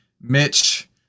Mitch